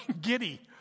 giddy